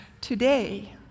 today